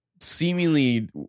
seemingly